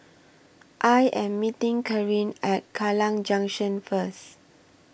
I Am meeting Carin At Kallang Junction First